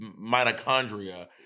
mitochondria